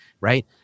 right